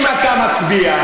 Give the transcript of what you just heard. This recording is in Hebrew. אם אתה מצביע,